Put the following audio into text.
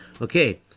Okay